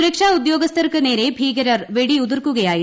സുരക്ഷാ ഉദ്യോഗസ്ഥർക്ക് നേരെ ഭീകരർ വെടിയുതിർക്കുകയായിരുന്നു